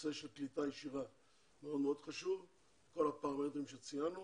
הנושא של קליטה ישירה וכל הפרמטרים שציינו.